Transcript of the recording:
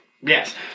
Yes